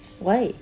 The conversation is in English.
why